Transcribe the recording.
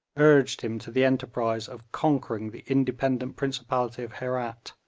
urged him to the enterprise of conquering the independent principality of herat,